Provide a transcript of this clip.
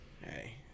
Hey